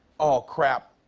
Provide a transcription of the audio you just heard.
oh, crap.